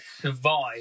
survive